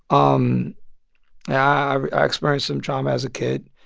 um i experienced some trauma as a kid.